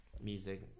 Music